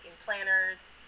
planners